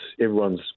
everyone's